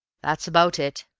that's about it.